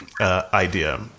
idea